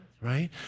right